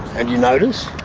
and you notice,